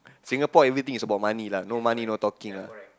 Singapore everything is about money lah no money no talking ah